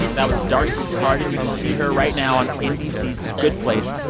that was d'arcy carden. you can see her right now on nbc's the good place,